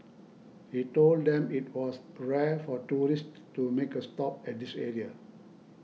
he told them that it was rare for tourists to make a stop at this area